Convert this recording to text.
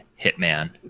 hitman